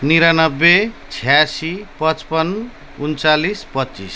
उनन्सय छयासी पचपन् उनन्चालिस पच्चिस